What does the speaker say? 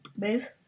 Move